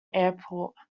airport